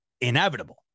inevitable